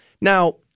Now